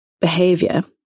behavior